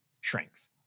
shrinks